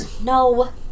No